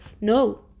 No